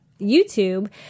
youtube